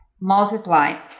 multiply